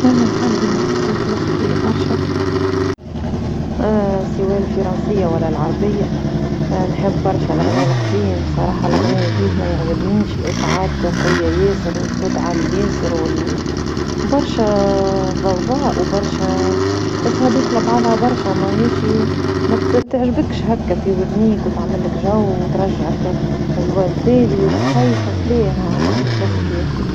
أنا نحب الموسيقى الكلاسيكية برشا، سوا الفرنسية ولا العربية نحب برشا لغناية القديم بصراحة الاغنية الجديد ما يعجبنيش الايقاعات قوية ياسر والصوت عالي ياسر ول- برشا ضوضاء وبرشا تحسها داخلة بعضها برشا مهياشي متعجبكش هاكا في وزنيك وتعملك جو وترجعك لوا تالي وتشيخك لا أها نحب الكلاسيكي خير.